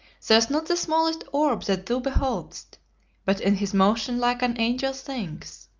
there's not the smallest orb that thou behold'st but in his motion like an angel sings,